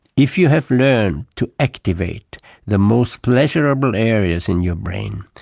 if you have learned to activate the most pleasurable areas in your brain,